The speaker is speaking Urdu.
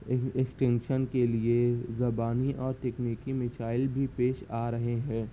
اس ایکٹینشن کے لیے زبانی اور تکنیکی مسائل بھی پیش آ رہے ہیں